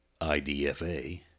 IDFA